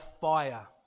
Fire